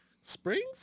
Springs